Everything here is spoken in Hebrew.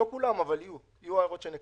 לא כולן, אבל יהיו, יהיו הערות שנקבל.